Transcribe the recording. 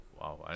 wow